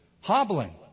hobbling